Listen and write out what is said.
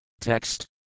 Text